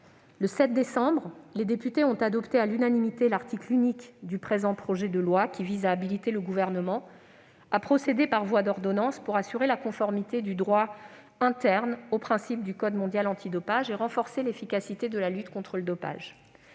Le 7 décembre dernier, les députés ont adopté à l'unanimité l'article unique du présent projet de loi, qui vise à habiliter le Gouvernement à procéder par voie d'ordonnance pour assurer la conformité du droit interne aux principes du code mondial antidopage et renforcer l'efficacité de la lutte contre le dopage.